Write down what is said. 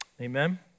Amen